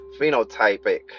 phenotypic